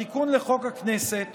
התיקון לחוק הכנסת